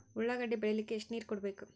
ಉಳ್ಳಾಗಡ್ಡಿ ಬೆಳಿಲಿಕ್ಕೆ ಎಷ್ಟು ನೇರ ಕೊಡಬೇಕು?